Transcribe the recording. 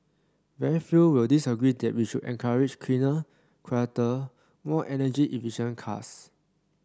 very few will disagree that we should encourage cleaner quieter more energy efficient cars